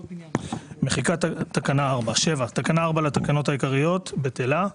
מחיקת תקנה 4 7. תקנה 4 לתקנות העיקריות בטלה,